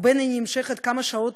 ובין שהיא נמשכת כמה שעות,